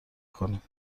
کنید